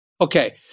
Okay